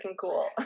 cool